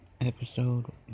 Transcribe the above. episode